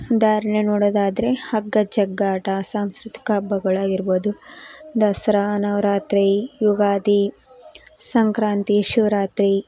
ಉದಾಹರ್ಣೆ ನೋಡೋದಾದರೆ ಹಗ್ಗಜಗ್ಗಾಟ ಸಾಂಸ್ಕೃತಿಕ ಹಬ್ಬಗಳಾಗಿರ್ಬೋದು ದಸರಾ ನವರಾತ್ರಿ ಯುಗಾದಿ ಸಂಕ್ರಾಂತಿ ಶಿವರಾತ್ರಿ